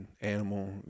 animal